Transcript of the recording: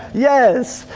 yes!